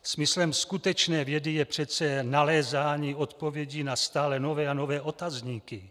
Smyslem skutečné vědy je přece nalézání odpovědí na stále nové a nové otazníky.